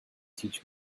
teach